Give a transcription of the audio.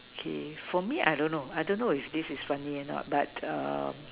okay for me I don't know I don't know if this is funny a not but err